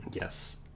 yes